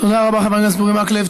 תודה רבה, חבר הכנסת אורי מקלב.